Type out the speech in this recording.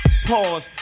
Pause